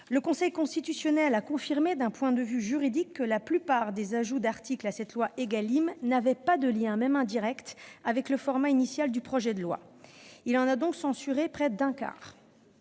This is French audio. Le Conseil constitutionnel a confirmé, d'un point de vue juridique, que la plupart des articles ajoutés à la loi Égalim n'avaient pas de lien, même indirect, avec le format initial du projet de loi. Il a censuré près d'un quart